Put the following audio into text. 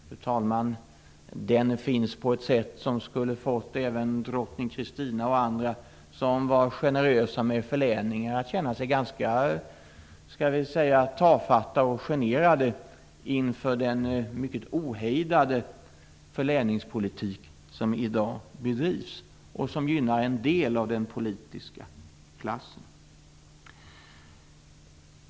Fru talman! Den finns på ett sätt som skulle fått även drottning Kristina och andra som var generösa med förläningar att känna sig ganska tafatta och generade, dvs. inför den mycket ohejdade förläningspolitik som i dag bedrivs och som gynnar en del av den politiska klassen.